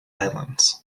islands